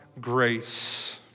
grace